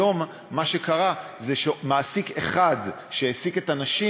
עד היום מה שקרה הוא שמעסיק אחד שהעסיק את הנשים